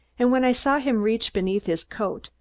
and when i saw him reach beneath his coat,